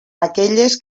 aquelles